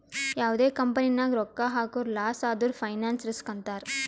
ಯಾವ್ದೇ ಕಂಪನಿ ನಾಗ್ ರೊಕ್ಕಾ ಹಾಕುರ್ ಲಾಸ್ ಆದುರ್ ಫೈನಾನ್ಸ್ ರಿಸ್ಕ್ ಅಂತಾರ್